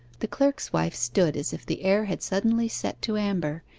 the clerk's wife stood as if the air had suddenly set to amber,